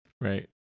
Right